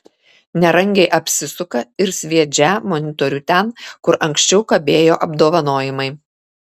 nerangiai apsisuka ir sviedžią monitorių ten kur anksčiau kabėjo apdovanojimai